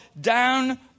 down